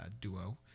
duo